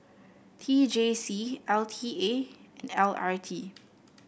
T J C L T A and L R T